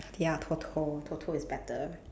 ya TOTO TOTO is better